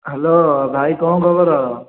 hello ଭାଇ କ'ଣ ଖବର